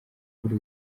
kuri